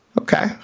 Okay